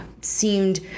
seemed